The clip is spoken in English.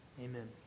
amen